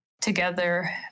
together